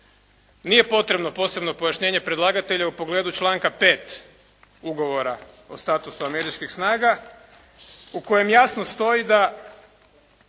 Nije potrebno posebno pojašnjenje predlagatelju u pogledu članka 5. ugovora o statusu američkih snaga u kojem jasno stoji da